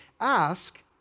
Ask